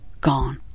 Gone